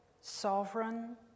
sovereign